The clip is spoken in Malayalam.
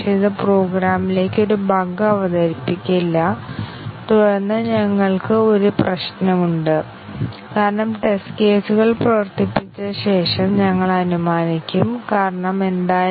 ഇവിടെ ഡാറ്റാ ഫ്ലോ ടെസ്റ്റിംഗിൽ വേരിയബിളുകളുടെ ഡെഫിനിഷനും ഉപയോഗങ്ങളും ഉൾക്കൊള്ളുന്ന ടെസ്റ്റ് കേസുകൾ ഞങ്ങളുടെ പക്കലുണ്ട് എന്നതാണ് പ്രധാന ആശയം